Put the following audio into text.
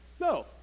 No